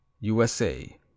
USA